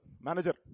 Manager